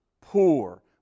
poor